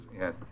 yes